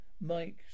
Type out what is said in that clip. Mike